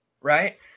right